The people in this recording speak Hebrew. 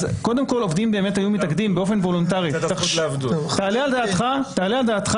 אז עובדים באמת היו מתאגדים באופן וולונטרי ----- תעלה על דעתך